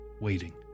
waiting